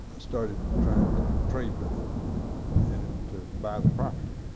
started trying to trade with him and buy the property,